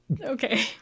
okay